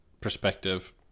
perspective